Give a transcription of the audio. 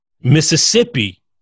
Mississippi